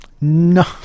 No